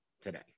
today